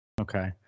Okay